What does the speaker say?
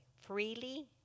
freely